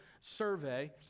survey